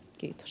kiitos